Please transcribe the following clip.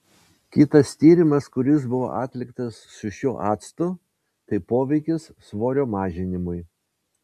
kitas tyrimas kuris buvo atliktas su šiuo actu tai poveikis svorio mažinimui